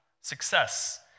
success